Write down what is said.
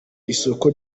isoko